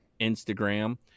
Instagram